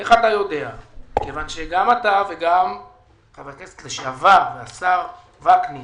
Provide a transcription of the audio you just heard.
כיוון שגם אתה וגם חבר הכנסת לשעבר והשר וקנין,